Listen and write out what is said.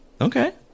Okay